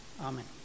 amen